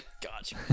gotcha